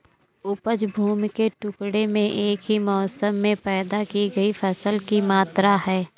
उपज भूमि के टुकड़े में एक ही मौसम में पैदा की गई फसल की मात्रा है